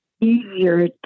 easier